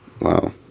Wow